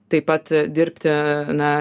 taip pat dirbti na